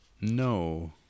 No